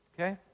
okay